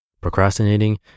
Procrastinating